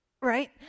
right